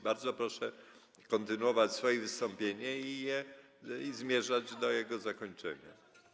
Bardzo proszę kontynuować swoje wystąpienie i zmierzać do jego zakończenia.